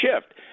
shift